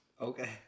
Okay